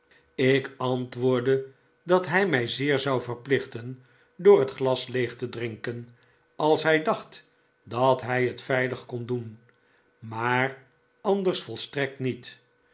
ik antwoordde dat hij mi zeer zou verplichten door het glas leeg te drinken als hij dacht dat hij het veilig kon doen maar anders volstrekt niet